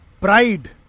pride